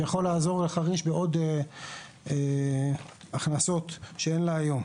מה שיכול לעזור לחריש בעוד הכנסות שאין לה היום.